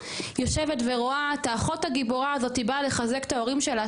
יושבת ורואה את האחות הגיבורה הזאת באה לחזק את ההורים שלה,